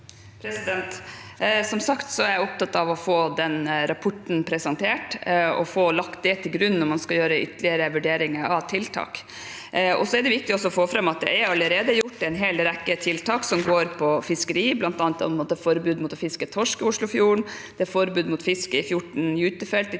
som sagt opptatt av å få den rapporten presentert og få lagt det til grunn når man skal gjøre ytterligere vurderinger av tiltak. Det er viktig å få fram at det allerede er gjort en hel rekke tiltak som går på fiskeri. Det er bl.a. forbud mot å fiske torsk i Oslofjorden. Det er forbud mot fiske i 14 gytefelt i tiden